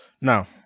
Now